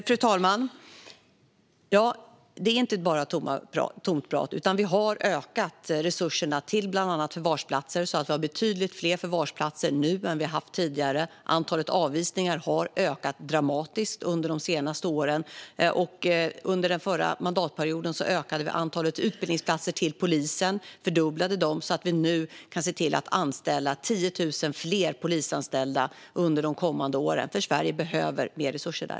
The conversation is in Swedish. Fru talman! Det är inte bara tomt prat. Vi har ökat resurserna till bland annat förvarsplatser så att vi har betydligt fler förvarsplatser nu än vad vi haft tidigare. Antalet avvisningar har ökat dramatiskt under de senaste åren. Under den förra mandatperioden ökade vi antalet utbildningsplatser till polisen. Vi fördubblade dem så att vi nu kan se till att anställa 10 000 fler polisanställda under de kommande åren. Sverige behöver mer resurser där.